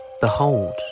Behold